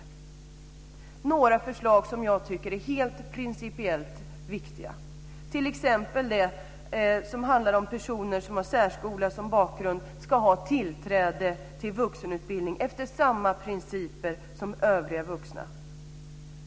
Det gäller några förslag som jag tycker är särskilt principiellt viktiga, t.ex. det som handlar om att personer som har särskola som bakgrund ska ha tillträde till vuxenutbildning efter samma principer som övriga vuxna.